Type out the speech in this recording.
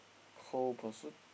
Cold Pursuit